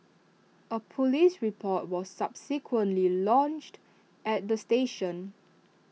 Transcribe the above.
A Police report was subsequently lodged at the station